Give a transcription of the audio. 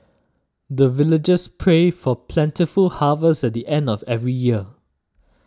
the villagers pray for plentiful harvest at the end of every year